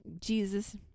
Jesus